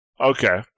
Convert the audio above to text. Okay